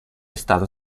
stato